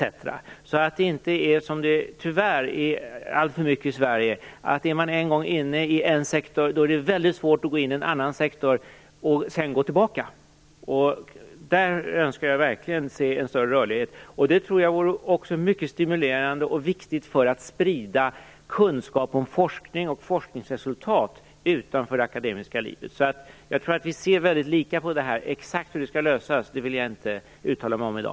Då kan man undvika det förhållandet - som tyvärr alltför mycket är för handen i Sverige - att den som en gång är inne i en sektor har mycket stora svårigheter att gå in i en annan sektor och sedan komma tillbaka. Jag önskar verkligen en större rörlighet i det sammanhanget. Jag tror också att detta vore mycket stimulerande och viktigt för att sprida kunskap om forskning och forskningsresultat utanför det akademiska livet. Jag tror att vi ser mycket lika på detta. Exakt hur det skall lösas vill jag inte uttala mig om i dag.